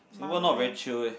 Singapore not very chill eh